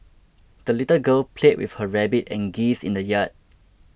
the little girl played with her rabbit and geese in the yard